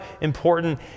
important